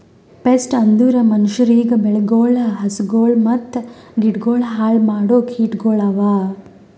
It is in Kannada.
ಪೆಸ್ಟ್ ಅಂದುರ್ ಮನುಷ್ಯರಿಗ್, ಬೆಳಿಗೊಳ್, ಹಸುಗೊಳ್ ಮತ್ತ ಗಿಡಗೊಳ್ ಹಾಳ್ ಮಾಡೋ ಕೀಟಗೊಳ್ ಅವಾ